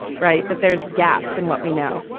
right. that there's gaps in what we know.